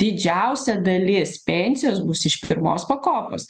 didžiausia dalis pensijos bus iš pirmos pakopos